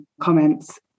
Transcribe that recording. Comments